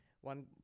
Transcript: One